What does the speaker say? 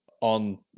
on